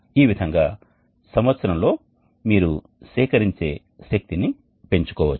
ఈ విధంగా సంవత్సరంలో మీరు సేకరించే శక్తిని పెంచుకోవచ్చు